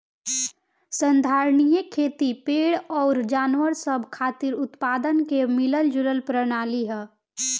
संधारनीय खेती पेड़ अउर जानवर सब खातिर उत्पादन के मिलल जुलल प्रणाली ह